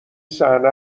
صحنه